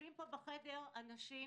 יושבים פה בחדר אנשים